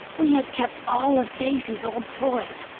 we had kept all of daisy's old toys,